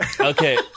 Okay